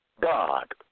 God